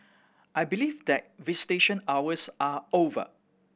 I believe that visitation hours are over